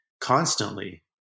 constantly